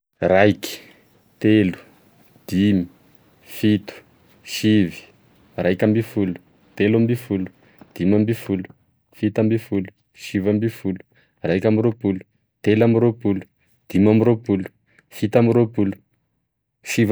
Raiky, telo, dimy, fito, sivy, raikambefolo, teloambefolo, dimambefolo, fitambefolo, sivambefolo, raikambiropolo, telambiropolo, dimambiropolo, fitambiropolo, siv-